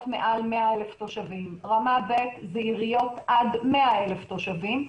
מעל 100,000 תושבים; רמה ב' זה עיריות עד 100,000 תושבים,